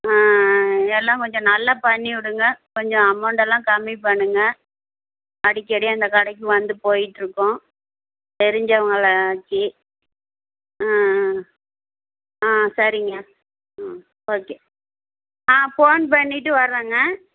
எல்லாம் கொஞ்சம் நல்லா பண்ணி விடுங்க கொஞ்சம் அமௌண்ட்டெல்லாம் கம்மி பண்ணுங்கள் அடிக்கடி அந்த கடைக்கு வந்து போய்ட்ருக்கோம் தெரிஞ்சவங்களாச்சு ம் ம் ஆ சரிங்க ம் ஓகே நான் ஃபோன் பண்ணிவிட்டு வர்றேங்க